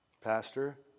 Pastor